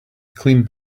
cleaned